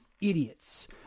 idiots